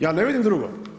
Ja ne vidim drugo.